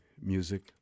music